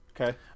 Okay